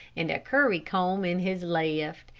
and a curry-comb in his left,